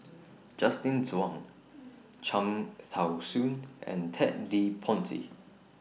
Justin Zhuang Cham Tao Soon and Ted De Ponti